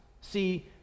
See